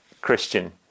Christian